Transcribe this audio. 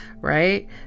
right